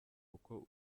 kuko